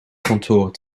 kantoren